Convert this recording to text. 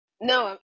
No